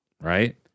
Right